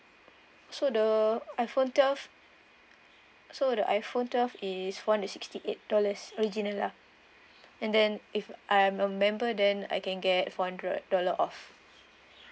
so the iphone twelve so the iphone twelve is one is sixty eight dollars original lah and then if I'm a member then I can get four hundred dollar off